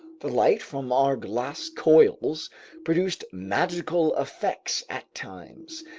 the light from our glass coils produced magical effects at times,